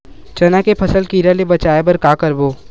चना के फसल कीरा ले बचाय बर का करबो?